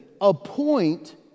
appoint